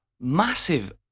massive